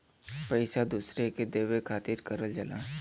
पइसा दूसरे के देवे खातिर करल जाला